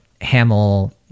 Hamill